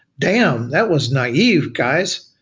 damn, that was naive guys.